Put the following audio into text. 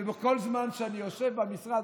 כל זמן שאני יושב במשרד,